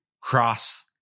cross